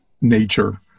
nature